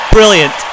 Brilliant